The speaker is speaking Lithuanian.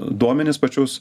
duomenis pačius